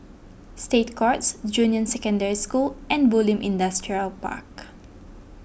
State Courts Junior Secondary School and Bulim Industrial Park